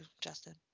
Justin